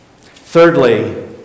Thirdly